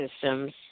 systems